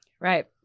right